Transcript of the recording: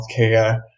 healthcare